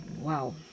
Wow